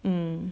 mm